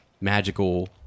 magical